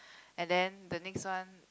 and then the next one